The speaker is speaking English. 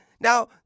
Now